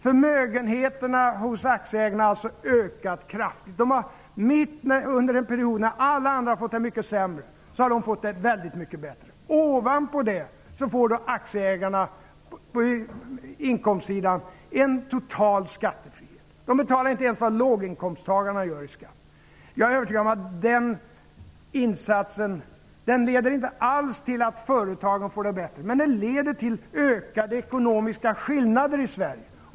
Aktieägarnas förmögenheter har alltså ökat kraftigt. Mitt under en period när alla andra har fått det mycket sämre har de fått det väldigt mycket bättre. Ovanpå detta har aktieägarna på inkomstsidan fått en total skattefrihet. De betalar inte ens vad låginkomsttagarna betalar i skatt. Jag är övertygad om att den insatsen inte alls leder till att företagen får det bättre, men den leder till ökade ekonomiska skillnader i Sverige.